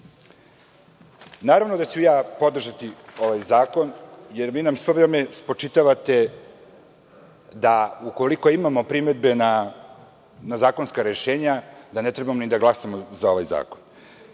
ih. Naravno, podržaću ovaj zakon, jer nam vi sve vreme spočitavate da ukoliko imamo primedbe na zakonska rešenja da ne treba ni da glasamo za ovaj zakon.